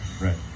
Right